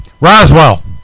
Roswell